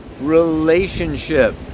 relationship